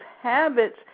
habits